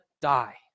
die